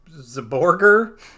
Zaborger